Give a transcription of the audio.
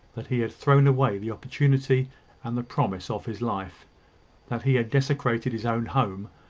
that he had thrown away the opportunity and the promise of his life that he had desecrated his own home,